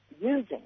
using